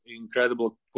incredible